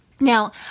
Now